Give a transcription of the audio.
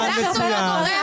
מה הקשר?